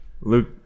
Luke